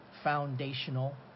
foundational